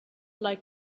like